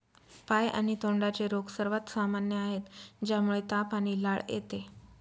पाय आणि तोंडाचे रोग सर्वात सामान्य आहेत, ज्यामुळे ताप आणि लाळ येते